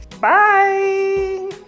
Bye